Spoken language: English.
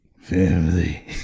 Family